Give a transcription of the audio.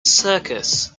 circus